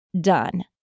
done